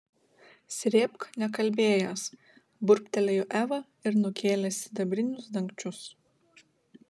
srėbk nekalbėjęs burbtelėjo eva ir nukėlė sidabrinius dangčius